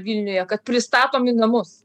vilniuje kad pristatom į namus